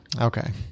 okay